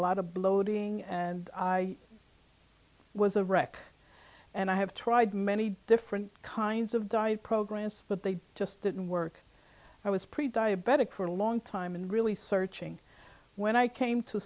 lot of bloating and i was a wreck and i have tried many different kinds of diet programs but they just didn't work i was pre diabetic for a long time and really searching when i came to